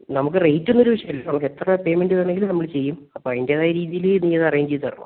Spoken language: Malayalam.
നമുക്ക് റേറ്റ് ഒന്നും ഒരു വിഷയം അല്ലല്ലോ നമുക്ക് എത്ര പേയ്മെൻറ്റ് വേണമെങ്കിലും നമ്മൾ ചെയ്യും അപ്പം അതിന്റേതായ രീതിയിൽ നീ അത് അറേഞ്ച് ചെയ്ത് തരണം